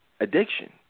addiction